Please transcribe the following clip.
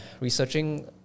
researching